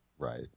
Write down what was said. Right